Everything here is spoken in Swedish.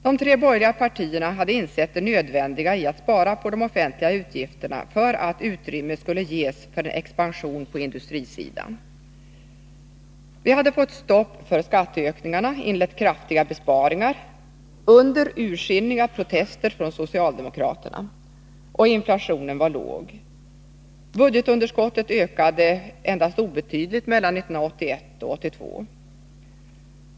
De tre borgerliga partierna hade insett det nödvändiga i att spara på de offentliga utgifterna för att utrymme skulle ges för en expansion på industrisidan. Vi hade fått stopp för skatteökningarna, inlett kraftiga besparingar — under ursinniga protester från socialdemokraterna — och inflationen var låg. Budgetunderskottet ökade endast obetydligt mellan 1981 och 1982.